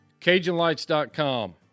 CajunLights.com